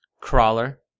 Crawler